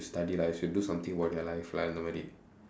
study lah you should do something about your life lah அந்த மாதிரி:andtha maathiri